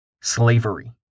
slavery